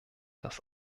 das